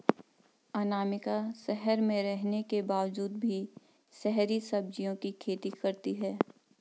अनामिका शहर में रहने के बावजूद भी शहरी सब्जियों की खेती करती है